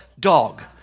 dog